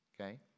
Okay